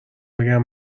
بگم